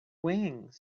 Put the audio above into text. wings